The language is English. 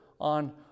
on